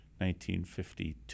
1952